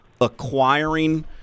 acquiring